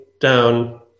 down